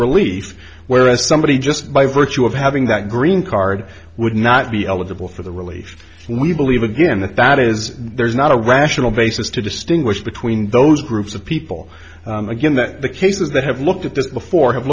relief whereas somebody just by virtue of having that green card would not be eligible for the relief leave believe again that that is there's not a rational basis to distinguish between those groups of people again that the cases that have looked at this before have